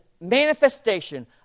manifestation